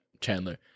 Chandler